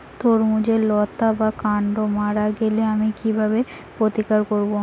তরমুজের লতা বা কান্ড মারা গেলে আমি কীভাবে প্রতিকার করব?